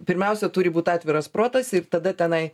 pirmiausia turi būt atviras protas ir tada tenai